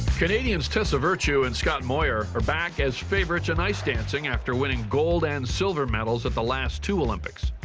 canadians tessa virtue and scott moir are back as favourites in ice dancing after winning gold and silver medals at the last two olympics.